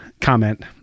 comment